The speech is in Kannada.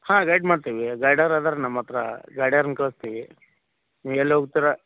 ಹಾಂ ಗೈಡ್ ಮಾಡ್ತೀವಿ ಗೈಡರ್ ಇದಾರ್ ನಮ್ಮ ಹತ್ರ ಗೈಡರ್ನ ಕಳಿಸ್ತೀವಿ ನೀವು ಎಲ್ಲಿ ಹೋಗ್ತೀರ